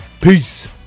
Peace